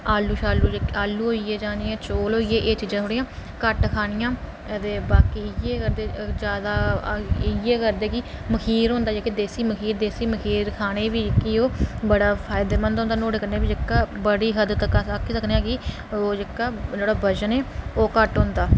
आलू शालू जेह्के आलू होई गे जानि कि चौल होई गे एह् चीजां थोड़ियां घट्ट खानियां अते बाकी इ'यै करदे जैदा इ'यै करदे कि मखीर होंदा जेह्का देसी मखीर होंदा देसी मखीर खाने ई बी कि ओह् खाने ई बड़ा फायदे मंद होंदा नुहाड़े कन्नै बी जेह्का बड़ी हद्द तक्कर आखी सकने आं कि ओह् जेह्का वजन ऐ ओह् घट्ट होंदा